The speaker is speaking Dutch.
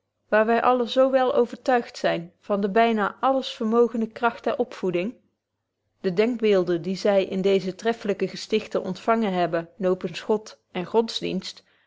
wy allen zo wel overtuigd zyn van de byna alles vermogende kracht der opvoeding de denkbeelden die zy in deeze treffelyke gestichten ontfangen hebben nopens god en godsdienst